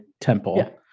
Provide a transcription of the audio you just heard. temple